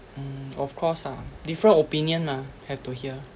mm of course lah different opinion mah have to hear